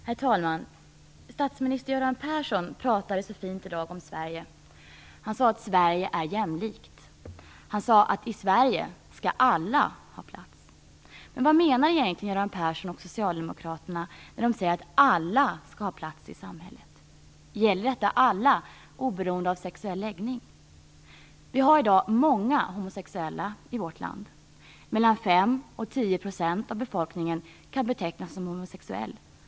Herr talman! Statsminister Göran Persson pratade så fint i dag om Sverige. Han sade att Sverige är jämlikt och att i Sverige skall alla ha plats. Men vad menar egentligen Göran Persson och Socialdemokraterna när de säger att alla skall ha plats i samhället? Gäller det verkligen alla, oberoende av sexuell läggning? Det finns i dag många homosexuella i vårt land. 5-10 % av befolkningen kan betecknas som homosexuell.